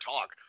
talk